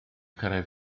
cyrraedd